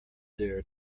there